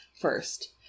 first